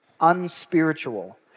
Unspiritual